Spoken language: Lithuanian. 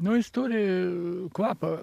nu jis turi kvapą